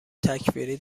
تکفیری